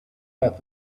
that